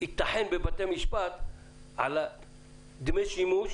ייטחן בבתי משפט על דמי שימוש